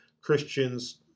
Christians